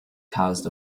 caused